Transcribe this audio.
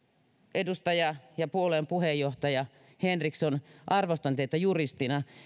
edustaja ja puolueen puheenjohtaja henriksson arvostan teitä juristina